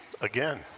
Again